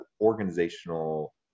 organizational